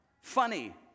funny